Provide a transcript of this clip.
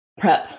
prep